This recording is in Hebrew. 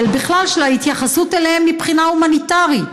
בכלל של ההתייחסות אליהם מבחינה הומניטרית.